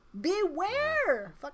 Beware